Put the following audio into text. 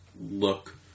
look